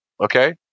okay